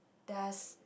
does